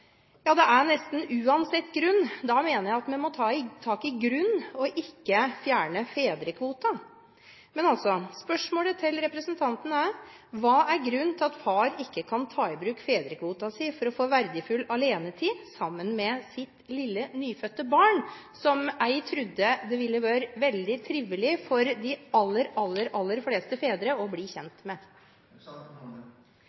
Ja, det er nesten uansett grunn – da mener jeg at vi må ta tak i grunnen og ikke fjerne fedrekvoten. Spørsmålet til representanten er: Hva er grunnen til at far ikke kan ta i bruk fedrekvoten sin for å få verdifull alenetid sammen med sitt lille nyfødte barn, som jeg trodde det ville være veldig trivelig for de aller fleste fedre å bli